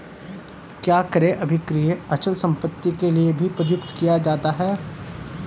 क्या क्रय अभिक्रय अचल संपत्ति के लिये भी प्रयुक्त किया जाता है?